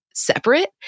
Separate